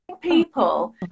people